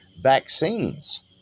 vaccines